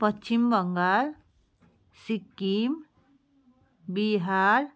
Paschim Bengal Sikkim Bihar